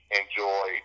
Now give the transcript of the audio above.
enjoy